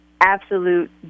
absolute